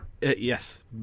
yes